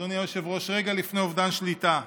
אדוני היושב-ראש, רגע לפני אובדן שליטה.